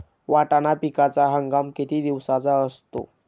वाटाणा पिकाचा हंगाम किती दिवसांचा असतो?